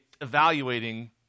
evaluating